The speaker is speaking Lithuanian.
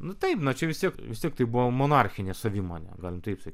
nu taip na čia vis tiek vis tiek tai buvo monarchinė savimonė galim taip sakyt